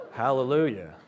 Hallelujah